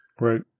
right